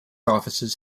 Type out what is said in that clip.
offices